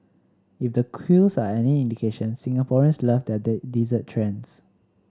if the queues are any indication Singaporeans love their dessert trends